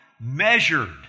measured